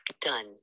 done